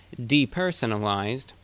depersonalized